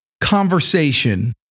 conversation